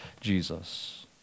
Jesus